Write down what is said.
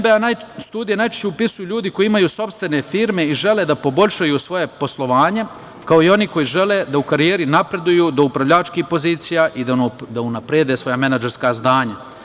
MBA studije najčešće upisuju ljudi koji imaju sopstvene firme i žele da poboljšaju svoje poslovanje, kao i oni koji žele da u karijeru napreduju do upravljačkih pozicija i da unaprede svoja menadžerska znanja.